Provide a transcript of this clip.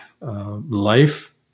life